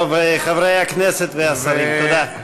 טוב, חברי הכנסת והשרים, תודה.